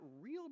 real